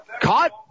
Caught